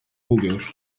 oluyor